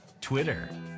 Twitter